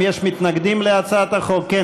אם יש מתנגדים להצעת החוק,